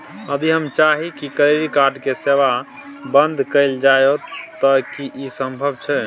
यदि हम चाही की क्रेडिट कार्ड के सेवा बंद कैल जाऊ त की इ संभव छै?